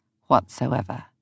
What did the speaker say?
whatsoever